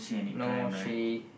no she